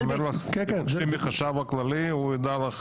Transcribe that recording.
אני אומר לך, שבי עם החשב הכללי, הוא ידע.